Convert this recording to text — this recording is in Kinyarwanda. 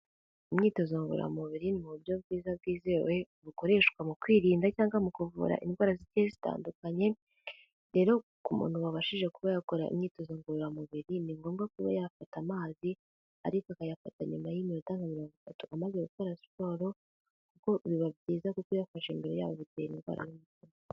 Imyitozo ngororamubiri ni mu buryo bwiza bwizewe bukoreshwa mu kwirinda cyangwa mu kuvura indwara zigiye zitandukanye. Rero ku muntu wabashije kuba yakora imyitozo ngororamubiri, ni ngombwa kuba yafata amazi ariko akayafata nyuma y'iminota mirongo itatu amaze gukora siporo kuko biba byiza kuko uyafashe mbere yabyo bigutera indwara.